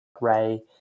Ray